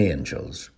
Angels